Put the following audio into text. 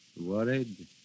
Worried